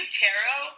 tarot